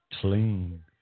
clean